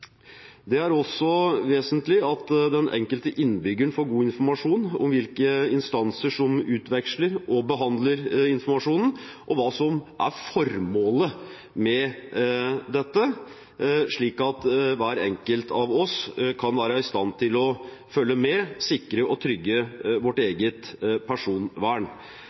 Det er også vesentlig at den enkelte innbygger får god informasjon om hvilke instanser som utveksler og behandler informasjonen, og hva som er formålet med dette, slik at hver enkelt av oss kan være i stand til å følge med, sikre og trygge vårt eget personvern.